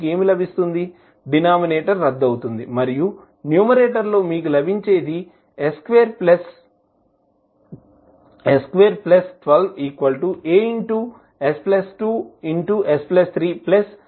denominator రద్దు అవుతుంది మరియు న్యూమరేటర్ లో మీకు లభించేది s212As2s3Bss3Css2